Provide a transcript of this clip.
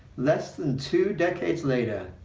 less than two decades later,